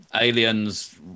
aliens